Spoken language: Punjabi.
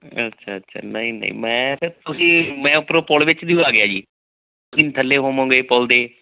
ਅੱਛਾ ਅੱਛਾ ਨਹੀਂ ਨਹੀਂ ਮੈਂ ਸਰ ਤੁਸੀਂ ਮੈਂ ਉਪਰੋਂ ਪੁਲ ਵਿੱਚ ਦੀਓ ਆ ਗਿਆ ਜੀ ਤੁਸੀਂ ਥੱਲੇ ਹੋਵੋਗੇ ਪੁੱਲ ਦੇ